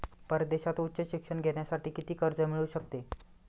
परदेशात उच्च शिक्षण घेण्यासाठी किती कर्ज मिळू शकते?